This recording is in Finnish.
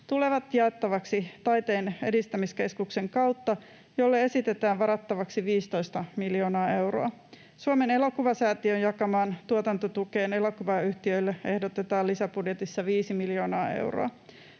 tulevat jaettavaksi Taiteen edistämiskeskuksen kautta, jolle esitetään varattavaksi 15 miljoonaa euroa. Suomen elokuvasäätiön jakamaan tuotantotukeen elokuvayhtiöille ehdotetaan lisäbudjetissa 5 miljoonaa euroa.